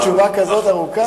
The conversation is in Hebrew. תשובה כזאת ארוכה.